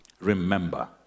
remember